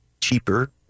cheaper